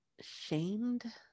shamed